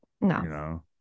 No